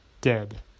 dead